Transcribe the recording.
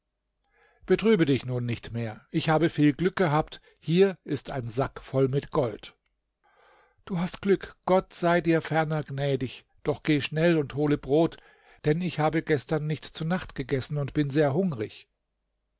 betrübe dich nun nicht mehr ich habe viel glück gehabt hier ist ein sack voll mit gold du hast glück gott sei dir ferner gnädig doch geh schnell und hole brot denn ich habe gestern nicht zu nacht gegessen und bin sehr hungrig